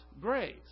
grace